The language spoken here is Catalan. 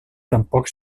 tampoc